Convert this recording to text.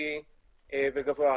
משמעותי וגבוה.